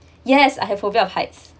yes I have phobia of heights